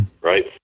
right